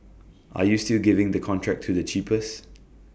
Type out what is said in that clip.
are you still giving the contract to the cheapest